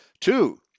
Two